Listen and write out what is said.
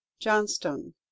Johnstone